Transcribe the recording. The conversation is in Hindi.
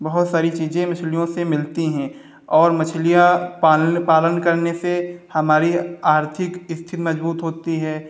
बहु त सारी चीज़ें मछलियों से मिलती हैं और मछलियाँ पालने पालन करने से हमारी आर्थिक स्थिति मज़बूत होती है